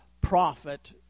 prophet